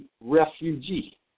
refugee